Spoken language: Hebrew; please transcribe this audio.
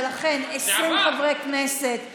ולכן 20 חברי כנסת בעד,